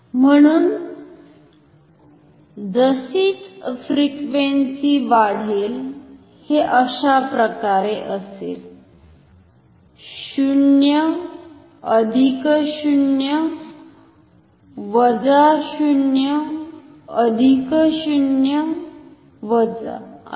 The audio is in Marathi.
म्हणुन जशीच फ्रिक्वेन्सी वाढेल हे अशाप्रकारे असेल 0 अधिक 0 वजा 0 अधिक 0 वजा असे